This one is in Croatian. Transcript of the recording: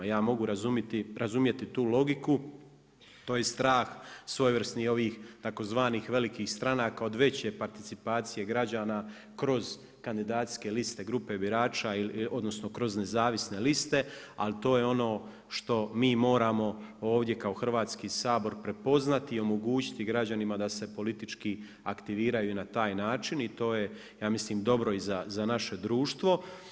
Ja mogu razumjeti tu logiku, tj. strah svojevrsnih ovih tzv. velikih stranaka, od veće participacije građana kroz kandidacijske liste grupe birača odnosno kroz nezavisne liste, ali to je ono što mi moramo ovdje kao Hrvatski sabor prepoznati i omogućiti građanima da se politički aktiviraju na taj način i to je ja mislim dobro i za naše društvo.